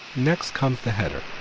next comes the header.